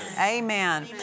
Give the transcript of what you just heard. Amen